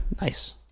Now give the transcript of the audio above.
Nice